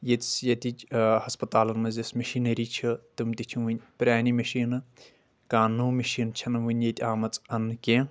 ییٚتہِ ییٚتِچ ہسپتالن منٛز یۄس مِشیٖنری چھ تم تہِ چھ وُنہِ پرٛانہِ مِشیٖنہِ کانٛہہ نٔو مِشیٖن چھنہٕ وُنہِ ییٚتہِ آمٕژ اَننہٕ کیٚنٛہہ